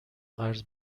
قرض